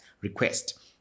request